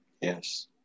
Yes